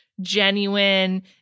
genuine